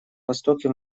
востоке